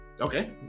okay